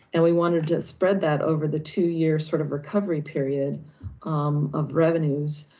and we wanted to spread that over the two year sort of recovery period of revenues,